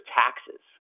taxes